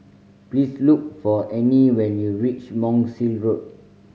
please look for Anie when you reach Monk's Road